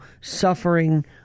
suffering